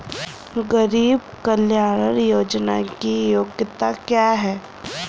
गरीब कल्याण योजना की योग्यता क्या है?